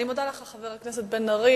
אני מודה לך, חבר הכנסת בן-ארי.